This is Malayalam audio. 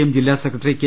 എം ജില്ലാ സെക്രട്ടറി കെ